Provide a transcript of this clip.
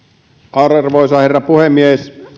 arvoisa herra puhemies